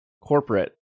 corporate